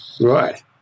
right